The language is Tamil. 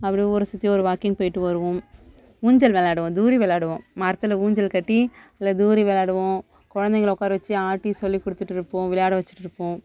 அப்டே ஊரை சுற்றி ஒரு வாக்கிங் போய்ட்டு வருவோம் ஊஞ்சல் விளாடுவோம் தூரி விளாடுவோம் மரத்தில் ஊஞ்சல் கட்டி தூரி விளாடுவோம் குழந்தைங்கள உக்கார வச்சி ஆட்டி சொல்லிகொடுத்துட்ருப்போம் விளையாட வச்சிட்டிருப்போம்